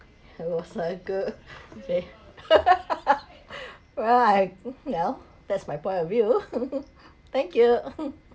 okay well I know that's my point of view thank you